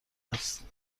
هست